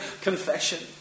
confession